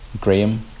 Graham